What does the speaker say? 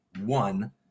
one